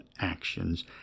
actions